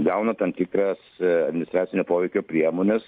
gauna tam tikras administracinio poveikio priemones